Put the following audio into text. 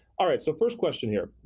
alright so first question here.